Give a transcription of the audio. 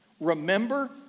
Remember